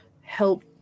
help